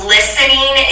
Listening